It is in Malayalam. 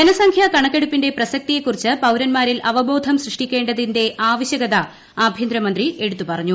ജനസംഖ്യ കണക്കെടുപ്പിന്റെ പ്രസക്തിയെക്കുറിച്ച് പൌരൻമാരിൽ അവബോധം സൃഷ്ടിക്കേണ്ടതിന്റെ ആവശ്യകത ആഭ്യന്തരമന്ത്രി എടുത്തു പറഞ്ഞു